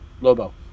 Lobo